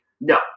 No